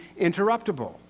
interruptible